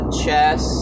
chess